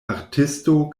artisto